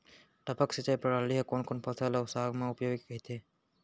टपक सिंचाई प्रणाली ह कोन कोन फसल अऊ साग म उपयोगी कहिथे?